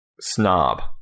snob